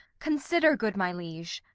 consider, good my liege,